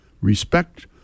Respect